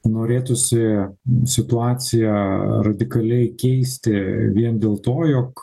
norėtųsi situaciją radikaliai keisti vien dėl to jog